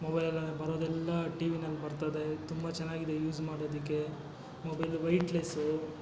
ಮೊಬೈಲಲ್ಲೆಲ್ಲ ಬರೋದೆಲ್ಲ ಟಿ ವಿನಲ್ಲಿ ಬರ್ತದೆ ತುಂಬ ಚೆನ್ನಾಗಿ ಇದೆ ಯೂಸ್ ಮಾಡೋದಕ್ಕೆ ಮೊಬೈಲು ವೇಯ್ಟ್ಲೆಸ್ಸೂ